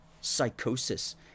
Psychosis